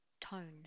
tone